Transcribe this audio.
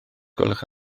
gwelwch